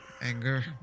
anger